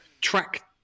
track